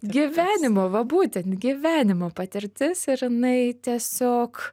gyvenimo va būtent gyvenimo patirtis ir jinai tiesiog